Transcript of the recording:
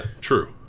true